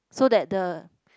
so that the